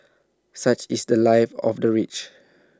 such is The Life of the rich